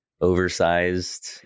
oversized